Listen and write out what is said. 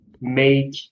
make